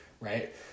right